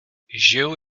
žiju